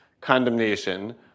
condemnation